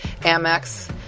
Amex